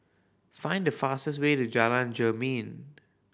find the fastest way to Jalan Jermin